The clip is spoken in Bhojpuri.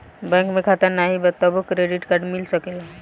बैंक में खाता नाही बा तबो क्रेडिट कार्ड मिल सकेला?